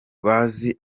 bazi